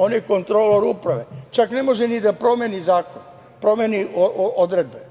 On je kontrolor uprave, čak ne može ni da promeni zakon, ni da promeni odredbe,